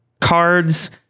Cards